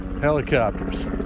helicopters